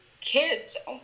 kids